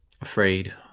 afraid